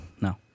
No